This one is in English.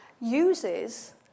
uses